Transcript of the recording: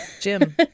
Jim